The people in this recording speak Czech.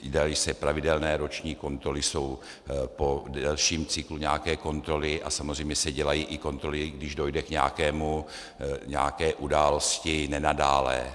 Dělají se pravidelné roční kontroly, jsou po delším cyklu nějaké kontroly a samozřejmě se dělají i kontroly, když dojde k nějaké události nenadálé.